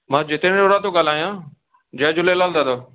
मां जितेन्द्र रोहरा थो ॻाल्हायां जय झूलेलाल दादा